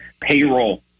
payroll